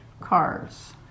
cars